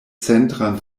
centran